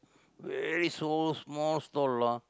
very so small stall lah